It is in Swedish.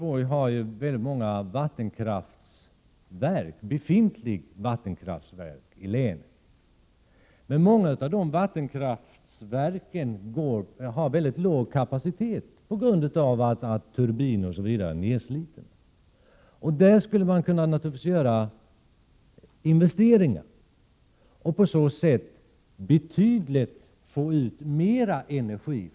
Det finns många befintliga vattenkraftverk i Gävleborgs län. Men många av dessa vattenkraftverk har mycket låg kapacitet på grund av att turbiner o.d. är nedslitna. Där kan man naturligtvis göra investeringar och på så sätt få ut betydligt mer energi.